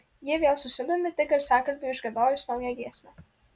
ji vėl susidomi tik garsiakalbiui užgiedojus naują giesmę